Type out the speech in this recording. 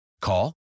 Call